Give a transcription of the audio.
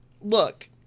Look